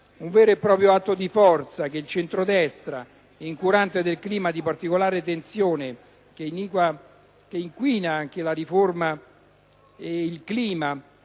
Un vero eproprio atto di forza che il centrodestra, incurante del clima di particolare tensione che inquina la riforma, causato